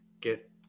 Get